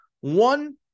One